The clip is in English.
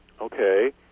okay